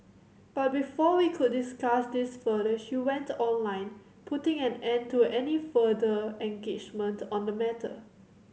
but before we could discuss this further she went online putting an end to any further engagement on the matter